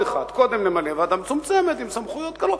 אחד: קודם נמנה ועדה מצומצמת עם סמכויות קלות,